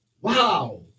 wow